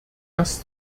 das